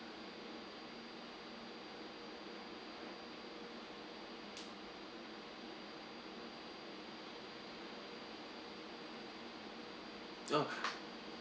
oh